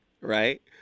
right